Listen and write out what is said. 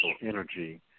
energy